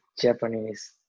Japanese